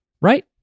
Right